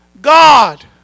God